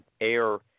air